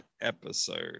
episode